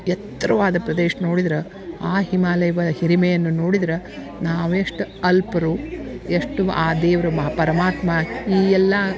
ಎತ್ತರವಾದ ಪ್ರದೇಶ ನೋಡಿದ್ರ ಆ ಹಿಮಾಲಯ ಹಿರಿಮೆಯನ್ನು ನೋಡಿದ್ರ ನಾವು ಎಷ್ಟು ಅಲ್ಪರು ಎಷ್ಟು ಆ ದೇವರು ಮಾ ಪರಮಾತ್ಮ ಈ ಎಲ್ಲಾ